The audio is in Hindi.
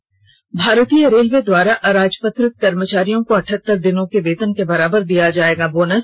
त् भारतीय रेलवे द्वारा अराजपत्रित कर्मचारियों को अठहत्तर दिनों के वेतन के बराबर दिया जायेगा बोनस